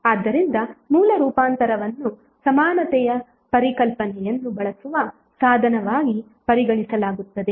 ಆದ್ದರಿಂದ ಮೂಲ ರೂಪಾಂತರವನ್ನು ಸಮಾನತೆಯ ಪರಿಕಲ್ಪನೆಯನ್ನು ಬಳಸುವ ಸಾಧನವಾಗಿ ಪರಿಗಣಿಸಲಾಗುತ್ತದೆ